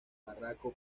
barroco